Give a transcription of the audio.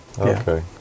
Okay